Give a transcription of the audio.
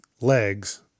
legs